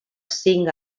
cinc